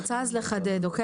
אני רוצה אז לחדד, אוקיי?